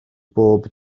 bob